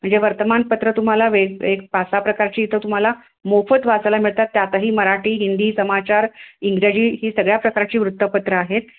म्हणजे वर्तमानपत्र तुम्हाला वेग एक पाच सहा प्रकारची इथं तुम्हाला मोफत वाचायला मिळतात त्यातही मराठी हिंदी समाचार इंग्रजी ही सगळ्या प्रकारची वृत्तपत्र आहेत